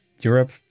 Europe